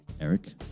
Eric